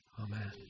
Amen